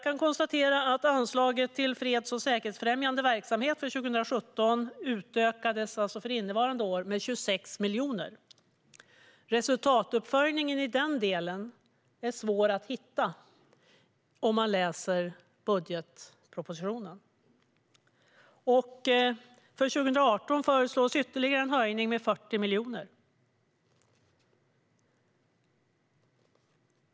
Anslaget till freds och säkerhetsfrämjande verksamhet utökades för innevarande år med 26 miljoner. Resultatuppföljningen är svår att hitta om man läser budgetpropositionen. För 2018 föreslås en ytterligare höjning med 40 miljoner.